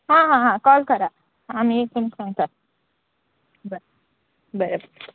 हां हां हां कॉल करा आमी तुमकां सांगता बरें बरें